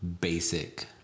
basic